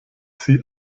sie